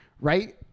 Right